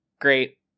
Great